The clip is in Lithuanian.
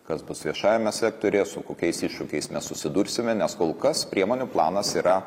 kas bus viešajame sektoriuje su kokiais iššūkiais mes susidursime nes kol kas priemonių planas yra